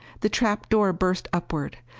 the trap door burst upward!